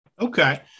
Okay